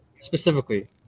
Specifically